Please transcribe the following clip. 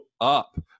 up